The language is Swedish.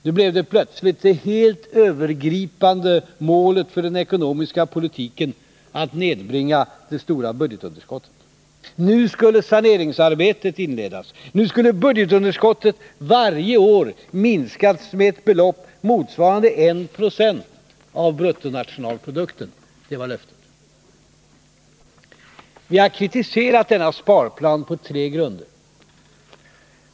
Nu blev plötsligt det helt övergripande målet för den ekonomiska politiken att nedbringa det stora budgetunderskottet. Nu skulle saneringsarbetet inledas. Nu skulle budgetunderskottet varje år minskas med ett belopp motsvarande 1 96 av bruttonationalprodukten. Det var löftet. Vi har kritiserat denna s.k. sparplan på tre grunder.